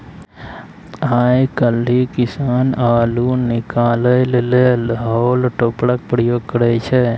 आइ काल्हि किसान अल्लु निकालै लेल हॉल टॉपरक प्रयोग करय छै